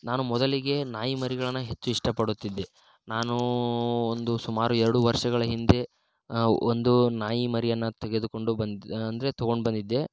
ನಾನು ಮೊದಲಿಗೆ ನಾಯಿ ಮರಿಗಳನ್ನು ಹೆಚ್ಚು ಇಷ್ಟಪಡುತ್ತಿದ್ದೆ ನಾನು ಒಂದು ಸುಮಾರು ಎರಡು ವರ್ಷಗಳ ಹಿಂದೆ ಒಂದು ನಾಯಿ ಮರಿಯನ್ನು ತೆಗೆದುಕೊಂಡು ಬಂದೆ ಅಂದರೆ ತೊಗೊಂಡು ಬಂದಿದ್ದೆ